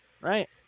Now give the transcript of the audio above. right